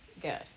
good